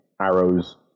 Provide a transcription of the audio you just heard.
arrows